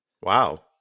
wow